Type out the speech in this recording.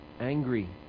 Angry